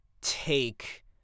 take